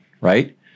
right